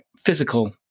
physical